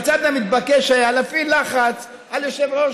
הצעד המתבקש היה להפעיל לחץ על יושב-ראש